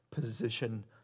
position